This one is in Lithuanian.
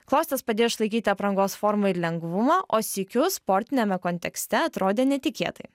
klostės padėjo išlaikyti aprangos forma ir lengvumą o sykiu sportiniame kontekste atrodė netikėtai